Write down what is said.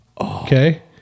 Okay